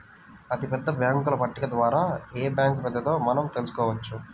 అతిపెద్ద బ్యేంకుల పట్టిక ద్వారా ఏ బ్యాంక్ పెద్దదో మనం తెలుసుకోవచ్చు